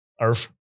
earth